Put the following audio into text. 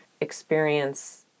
experience